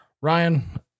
Ryan